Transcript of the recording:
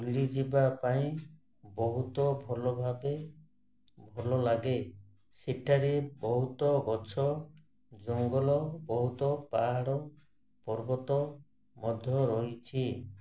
ବୁଲିଯିବା ପାଇଁ ବହୁତ ଭଲ ଭାବେ ଭଲ ଲାଗେ ସେଠାରେ ବହୁତ ଗଛ ଜଙ୍ଗଲ ବହୁତ ପାହାଡ଼ ପର୍ବତ ମଧ୍ୟ ରହିଛି